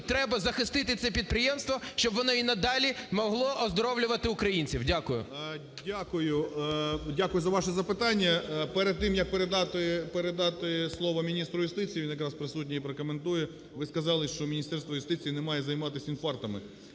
треба захистити це підприємство, щоб воно і надалі могло оздоровлювати українців. Дякую. 11:17:58 ГРОЙСМАН В.Б. Дякую. Дякую за ваше запитання. Перед тим, як передати слово міністру юстиції, він якраз присутній і прокоментує, ви сказали, що Міністерство юстиції не має займатись інфарктами.